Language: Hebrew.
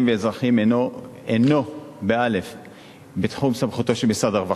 ואזרחיים אינו בתחום סמכותו של משרד הרווחה.